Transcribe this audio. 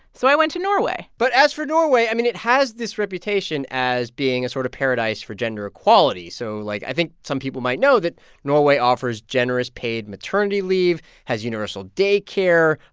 so i went to norway but as for norway, i mean, it has this reputation as being a sort of paradise for gender equality. so like, i think some people might know that norway offers generous paid maternity leave, has universal daycare.